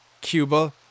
Cuba